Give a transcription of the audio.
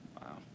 Wow